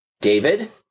David